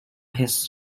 his